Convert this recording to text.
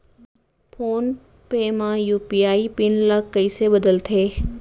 Phone पे म UPI PIN ल कइसे बदलथे?